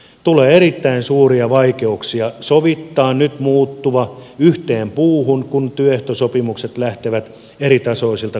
tulee erittäin suuria vaikeuksia sovittaa nyt muuttuva yhteen puuhun kun työehtosopimukset lähtevät eritasoisilta korvausperiaatteilta